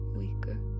weaker